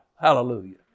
Hallelujah